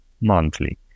monthly